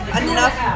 enough